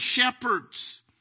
shepherds